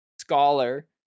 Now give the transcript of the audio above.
scholar